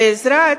בעזרת